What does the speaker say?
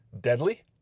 deadly